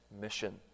mission